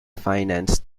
financed